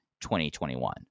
2021